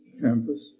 campus